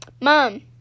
mom